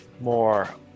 more